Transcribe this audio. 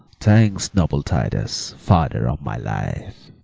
thanks, noble titus, father of my life.